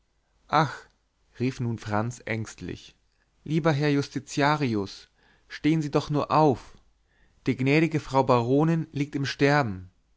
ach rief nun franz ängstlich lieber herr justitiarius stehen sie doch nur auf die gnädige frau baronin liegt im sterben